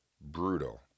brutal